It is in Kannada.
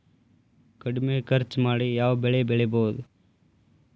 ಕಡಮಿ ಖರ್ಚ ಮಾಡಿ ಯಾವ್ ಬೆಳಿ ಬೆಳಿಬೋದ್?